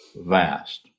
vast